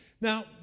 Now